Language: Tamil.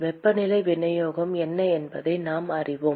வெப்பநிலை விநியோகம் என்ன என்பதை நாம் அறிவோம்